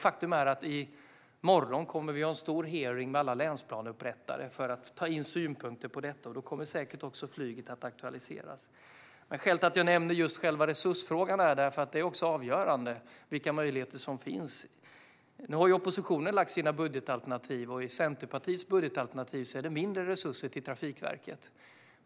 Faktum är att vi i morgon kommer att ha en stor hearing med alla länsplaneupprättare för att ta in synpunkter på detta. Då kommer säkert också flyget att aktualiseras. Men skälet till att jag nämner själva resursfrågan är att den är avgörande för vilka möjligheter som finns. Nu har oppositionen lagt fram sina budgetalternativ. I Centerpartiets budgetalternativ är det mindre resurser till Trafikverket.